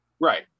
Right